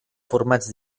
formats